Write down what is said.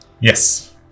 yes